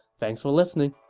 thanks for listening